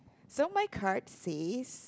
so my card says